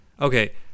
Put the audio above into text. okay